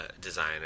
designer